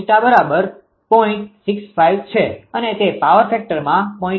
65 છે અને તે પાવર ફેકટરમાં ૦